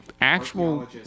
actual